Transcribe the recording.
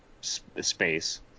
space